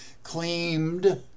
claimed